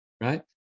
right